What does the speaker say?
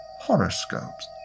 horoscopes